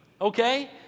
Okay